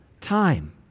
time